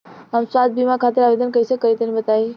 हम स्वास्थ्य बीमा खातिर आवेदन कइसे करि तनि बताई?